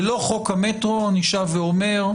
ללא חוק המטרו, אני שב ואומר,